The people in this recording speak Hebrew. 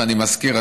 ואני מזכיר,